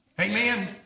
Amen